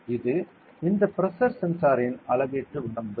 இது இந்த பிரஷர் சென்சாரின் அளவீட்டு வரம்பு